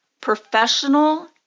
Professional